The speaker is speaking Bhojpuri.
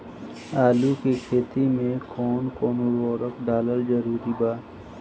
आलू के खेती मे कौन कौन उर्वरक डालल जरूरी बा?